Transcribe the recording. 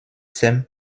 ses